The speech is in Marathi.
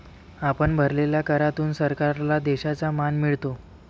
आपण भरलेल्या करातून सरकारला देशाचा मान मिळतो